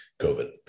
COVID